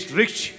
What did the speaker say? rich